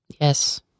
Yes